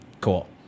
Cool